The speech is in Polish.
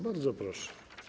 Bardzo proszę.